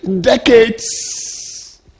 decades